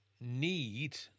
need